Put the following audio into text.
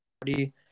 Party